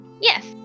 Yes